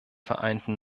vereinten